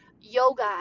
yoga